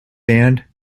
band